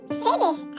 finish